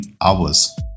hours